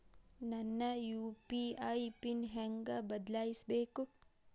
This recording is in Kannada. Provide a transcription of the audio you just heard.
ನನ್ನ ಯು.ಪಿ.ಐ ಪಿನ್ ಹೆಂಗ್ ಬದ್ಲಾಯಿಸ್ಬೇಕು?